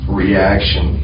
reaction